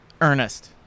Ernest